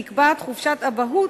נקבעת חופשת אבהות,